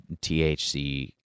THC